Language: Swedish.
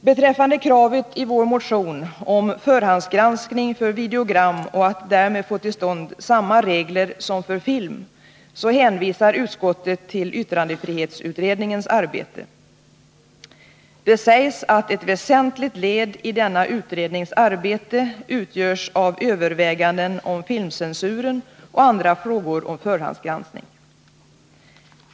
Beträffande kravet i vår motion om förhandsgranskning för videogram så att vi därmed får till stånd samma regler som gäller för film hänvisar utskottet till yttrandefrihetsutredningens arbete. Det sägs att ett väsentligt led i denna utrednings arbete utgörs av överväganden om filmcensuren och andra frågor om förhandsgranskning.